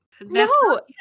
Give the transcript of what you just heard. No